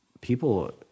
people